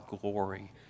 glory